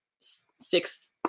six